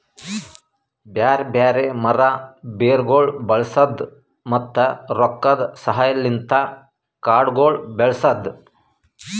ಬ್ಯಾರೆ ಬ್ಯಾರೆ ಮರ, ಬೇರಗೊಳ್ ಬಳಸದ್, ಮತ್ತ ರೊಕ್ಕದ ಸಹಾಯಲಿಂತ್ ಕಾಡಗೊಳ್ ಬೆಳಸದ್